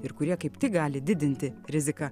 ir kurie kaip tik gali didinti riziką